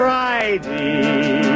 Friday